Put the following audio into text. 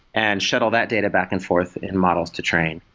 and shuttle that data back and forth in models to train.